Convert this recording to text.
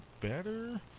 better